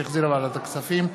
שהחזירה ועדת הכספים,